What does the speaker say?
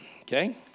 Okay